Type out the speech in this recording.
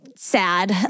sad